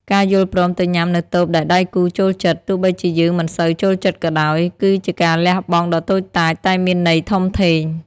ការយល់ព្រមទៅញ៉ាំនៅតូបដែលដៃគូចូលចិត្ត ទោះបីជាយើងមិនសូវចូលចិត្តក៏ដោយ គឺជាការលះបង់ដ៏តូចតាចតែមានន័យធំធេង។